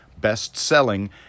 best-selling